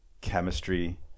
chemistry